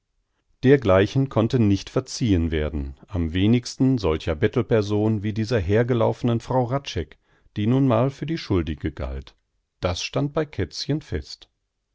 dergleichen konnte nicht verziehen werden am wenigsten solcher bettelperson wie dieser hergelaufenen frau hradscheck die nun mal für die schuldige galt das stand bei kätzchen fest